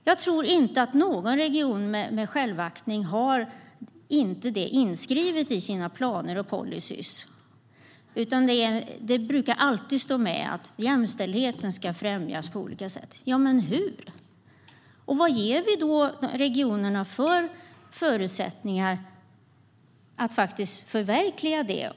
Jag tror inte att någon region med självaktning inte har det inskrivet i sina planer och policyer, utan det brukar alltid stå med att jämställdheten ska främjas på olika sätt. Men frågan är hur. Vad ger vi regionerna för förutsättningar att förverkliga det?